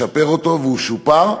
לשפר אותו, והוא שופר,